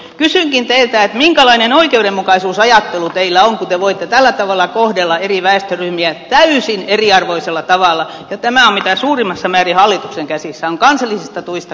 kysynkin teiltä minkälainen oikeudenmukaisuusajattelu teillä on kun te voitte tällä tavalla kohdella eri väestöryhmiä täysin eriarvoisella tavalla ja tämä on mitä suurimmassa määrin hallituksen käsissä on kansallisista tuista kysymys